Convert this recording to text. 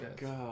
God